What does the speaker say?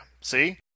See